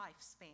lifespan